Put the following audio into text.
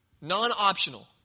Non-optional